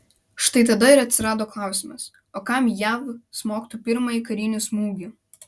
štai tada ir atsirado klausimas o kam jav smogtų pirmąjį karinį smūgį